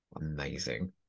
Amazing